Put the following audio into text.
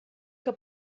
que